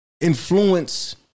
influence